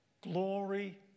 glory